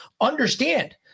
understand